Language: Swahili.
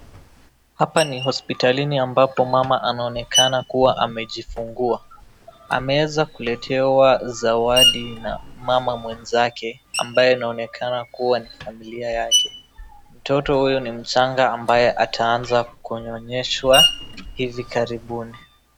Hapa ni hospitalini ambapo mama anaonekana kuwa amejifungua. Ameeza kuletewa zawadi na mama mwenzake ambaye anaonekana kuwa ni familia yake. Mtoto huyu ni mchanga ambaye ataanza kunyonyeshwa hivi karibuni.